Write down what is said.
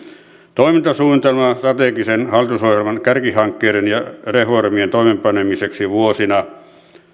toimintasuunnitelmaan strategisen hallitusohjelman kärkihankkeiden ja reformien toimeenpanemiseksi vuosina